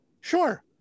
sure